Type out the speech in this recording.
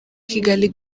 kigali